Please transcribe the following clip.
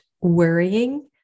worrying